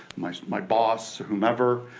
my my boss, whomever.